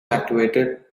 activated